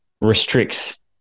restricts